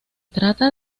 trata